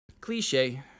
cliche